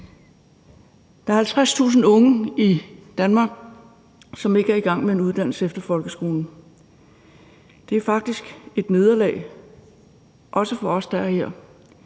Der er 50.000 unge i Danmark, som ikke er i gang med en uddannelse efter folkeskolen. Det er faktisk et nederlag, også for os, der er her,